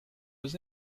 was